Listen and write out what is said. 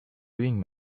doing